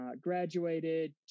Graduated